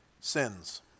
sins